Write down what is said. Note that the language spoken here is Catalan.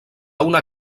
una